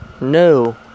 No